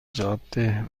جاده